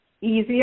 easier